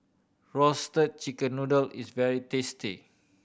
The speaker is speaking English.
Roasted Chicken Noodle is very tasty